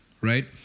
right